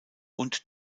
und